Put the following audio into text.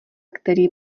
který